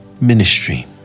ministry